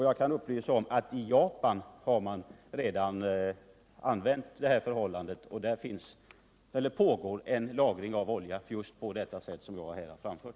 Jag kan upplysa om att man i Japan redan har lagring av olja just så som jag här har relaterat.